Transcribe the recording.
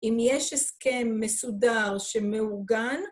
אם יש הסכם מסודר שמעוגן